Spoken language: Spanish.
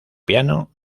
piano